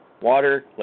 water